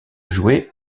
jouet